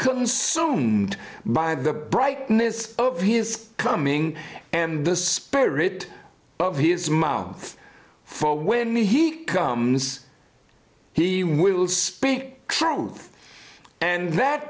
consumed by the brightness of his coming and the spirit of his mouth for when he comes he will speak the truth and that